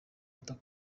ata